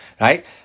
Right